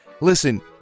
Listen